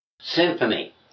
Symphony